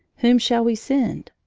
whom shall we send?